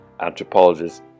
anthropologists